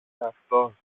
αυτός